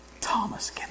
Thomas